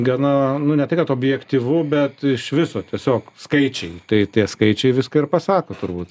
gana nu ne tai kad objektyvu bet iš viso tiesiog skaičiai tai tie skaičiai viską ir pasako turbūt